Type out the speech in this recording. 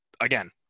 Again